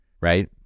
right